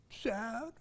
Sad